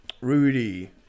Rudy